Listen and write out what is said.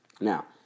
Now